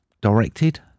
directed